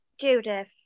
judith